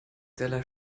derlei